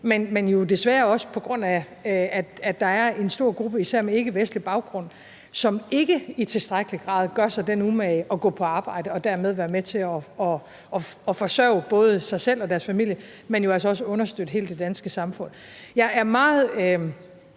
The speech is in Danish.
der jo desværre også er en stor gruppe, især med ikkevestlig baggrund, som ikke i tilstrækkelig grad gør sig den umage at gå på arbejde og dermed være med til at forsørge både sig selv og deres familie, men jo altså også at understøtte hele det danske samfund. Jeg er meget